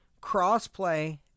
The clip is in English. cross-play